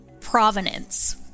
Provenance